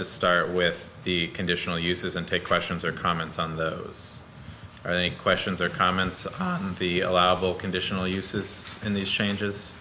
to start with the conditional uses and take questions or comments on the us or the questions or comments the allowable conditional uses in these changes